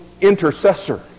intercessor